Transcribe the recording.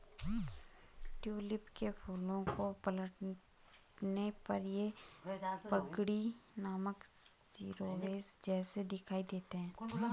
tulip के फूलों को पलटने पर ये पगड़ी नामक शिरोवेश जैसे दिखाई देते हैं